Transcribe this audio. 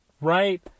right